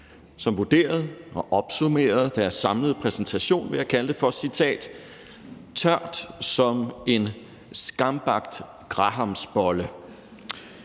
som vurderede og opsummerede deres samlede præsentation ved at kalde den for – og jeg citerer – tør som en skambagt grahamsbolle.